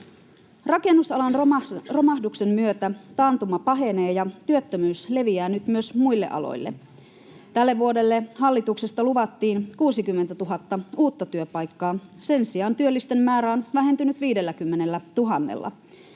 Rakennusalan romahduksen myötä taantuma pahenee ja työttömyys leviää nyt myös muille aloille. Tälle vuodelle hallituksesta luvattiin 60 000 uutta työpaikkaa. Sen sijaan työllisten määrä on vähentynyt 50